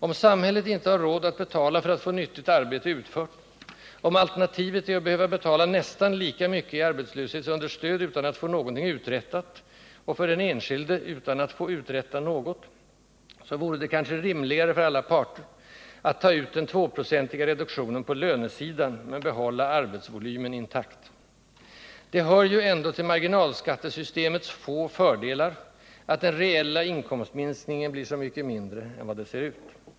Om samhället inte har råd att betala för att få nyttigt arbete utfört, om alternativet är att behöva betala nästan lika mycket i arbetslöshetsunderstöd utan att få någonting uträttat och — för den enskilde — utan att få uträtta något, så vore det kanske rimligare, för alla parter, att ta ut den 2-procentiga reduktionen på lönesidan, men behålla arbetsvolymen intakt. Det hör ju ändå till marginalskattesystemets få fördelar, att den reella inkomstminskningen blir så mycket mindre än vad det ser ut.